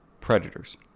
predators